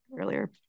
earlier